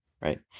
right